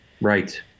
Right